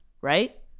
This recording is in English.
right